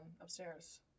upstairs